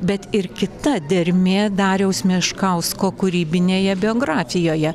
bet ir kita dermė dariaus meškausko kūrybinėje biografijoje